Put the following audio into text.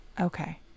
Okay